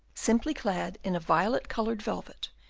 simply clad in a violet-coloured velvet,